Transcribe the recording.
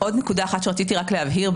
עוד נקודה אחת שרציתי להבהיר,